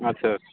अच्छा